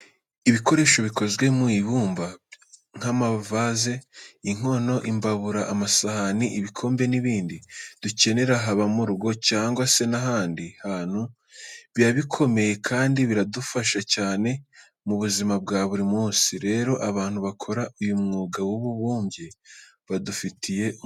Ibikoresho bikozwe mu ibumba nk'amavaze, inkono, imbabura, amasahani, ibikombe n'ibindi dukenera haba mu rugo cyangwa se n'ahandi hantu, biba bikomeye kandi biradufasha cyane mu buzima bwa buri munsi. Rero, abantu bakora uyu mwuga w'ububumbyi badufitiye umumaro.